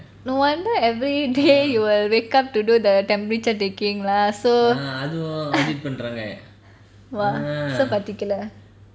no wonder everyday you will wake up to do the temperature taking lah so !wah! so particular